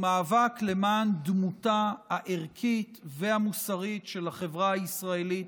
הוא מאבק למען דמותה הערכית והמוסרית של החברה הישראלית,